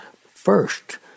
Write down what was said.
first